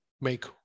Make